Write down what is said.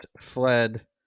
fled